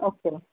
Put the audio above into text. okay